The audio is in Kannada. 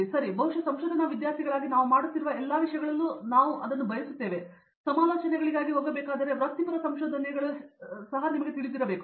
ಸರಿ ಬಹುಶಃ ಸಂಶೋಧನಾ ವಿದ್ಯಾರ್ಥಿಗಳಾಗಿ ನಾವು ಮಾಡುತ್ತಿರುವ ಎಲ್ಲ ವಿಷಯಗಳಲ್ಲಿ ಒಂದನ್ನು ನಾನು ಬಯಸುತ್ತೇನೆ ಮತ್ತು ಸಮಾಲೋಚನೆಗಳಿಗಾಗಿ ಹೋಗಬೇಕಾದರೆ ವೃತ್ತಿಪರ ಸಂಶೋಧನೆಗಳು ಸಹ ನಿಮಗೆ ತಿಳಿದಿರಬೇಕು